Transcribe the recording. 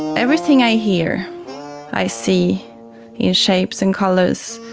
everything i hear i see in shapes and colours,